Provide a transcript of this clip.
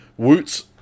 woots